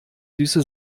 süße